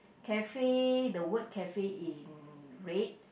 cafe the word cafe in red